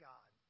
God